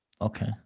Okay